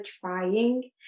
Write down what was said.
trying